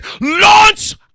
launch